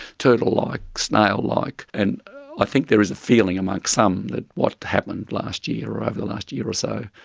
turtle-like, snail-like, and i think there is a feeling amongst some that what happened last year or over the last year or so,